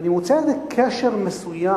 ואני מוצא איזה קשר מסוים,